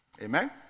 Amen